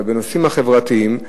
אבל בנושאים החברתיים הם